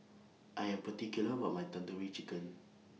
I Am particular about My Tandoori Chicken